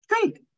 Great